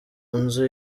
nzu